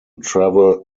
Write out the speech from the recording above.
travel